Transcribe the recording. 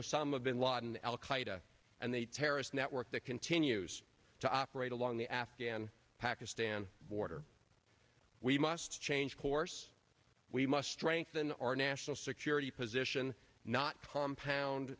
osama bin laden al qaeda and the terrorist network that continues to operate along the afghan pakistan border we must change course we must strengthen our national security position not compound